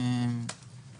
מפרקליטות המדינה,